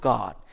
God